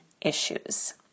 issues